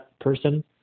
person